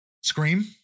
scream